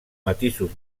matisos